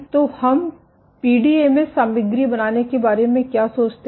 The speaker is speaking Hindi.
तो हम पीडीएमएस सामग्री बनाने के बारे में क्या सोचते हैं